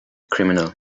criminal